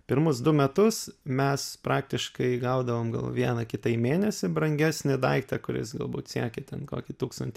pirmus du metus mes praktiškai gaudavom gal vieną kitą į mėnesį brangesnį daiktą kuris galbūt siekė ten kokį tūkstantį